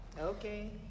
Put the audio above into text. Okay